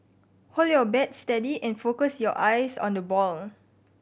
hold your bat steady and focus your eyes on the ball